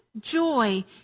joy